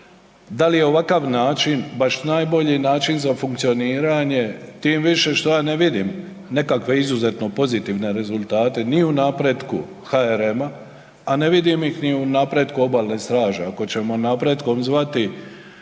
da li je ovakav način baš najbolji način za funkcioniranje, tim više što ja ne vidim nekakve izuzetno pozitivne rezultate ni u napretku HRM-a, a ne vidim ih ni u napretku obalne straže, ako ćemo napretkom zvati gradnju